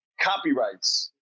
Copyrights